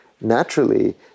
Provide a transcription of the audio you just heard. naturally